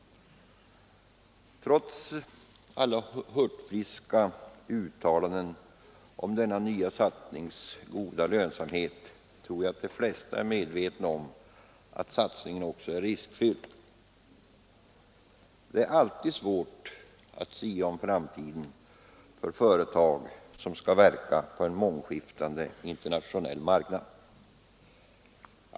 Trots alla hurtfriska uttalanden om denna nya investerings goda lönsamhet tror jag att de flesta är medvetna om att satsningen också är riskfylld. Det är alltid svårt att sia om framtiden för företag som skall verka på en mångskiftande internationell marknad.